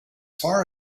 far